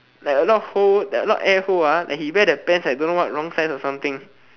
like a lot of hole a lot air hole like he wear the pants don't know what wrong size or something